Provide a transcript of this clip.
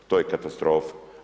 To je katastrofa.